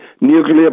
nuclear